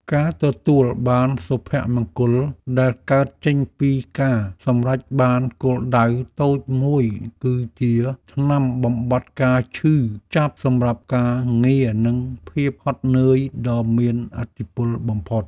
ការទទួលបានសុភមង្គលដែលកើតចេញពីការសម្រេចបានគោលដៅតូចមួយគឺជាថ្នាំបំបាត់ការឈឺចាប់សម្រាប់ការងារនិងភាពហត់នឿយដ៏មានឥទ្ធិពលបំផុត។